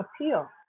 appeal